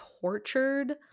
tortured